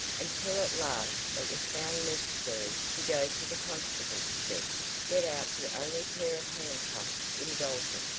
until at last it was found necessary to go to the constables' desk get out the only pair of handcuffs in dalton,